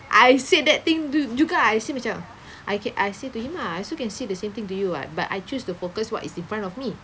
I said that thing tu juga I said macam I ca~ I say to him ah I also can say the same thing to you [what] but I choose to focus what is in front of me